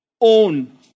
own